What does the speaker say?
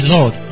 Lord